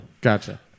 Gotcha